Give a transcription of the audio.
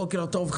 בוקר טוב,